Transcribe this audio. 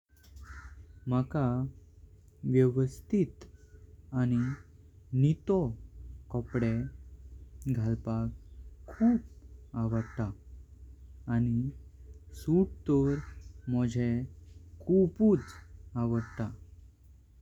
मका व्यवस्थीत आणी नितळ कपडे घालवाक खूप आवडता आणी सूट तर मंझे खूपच आवडता।